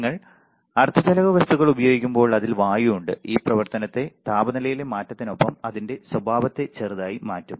നിങ്ങൾ അർദ്ധചാലക വസ്തുക്കൾ ഉപയോഗിക്കുമ്പോൾ അതിൽ വായു ഉണ്ട് അത് പ്രവർത്തന താപനിലയിലെ മാറ്റത്തിനൊപ്പം അതിന്റെ സ്വഭാവത്തെ ചെറുതായി മാറ്റും